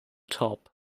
top